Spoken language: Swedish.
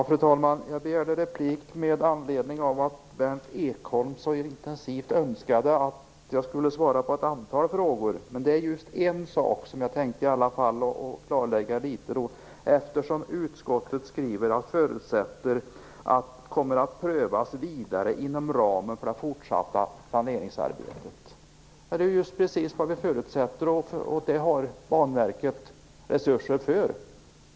Fru talman! Jag begärde replik med anledning av att Berndt Ekholm så intensivt önskade att jag skulle svara på ett antal frågor. Det är en sak som jag tänkte klarlägga litet, eftersom utskottet skriver att man förutsätter att projekten kommer att prövas vidare inom ramen för det fortsatta planeringsarbetet. Det är just precis vad vi förutsätter. Det har Banverket resurser för.